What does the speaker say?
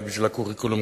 רק בשביל הקוריקולום,